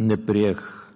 Не приех